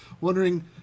wondering